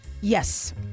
Yes